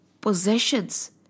possessions